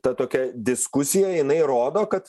ta tokia diskusija jinai rodo kad